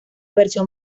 versión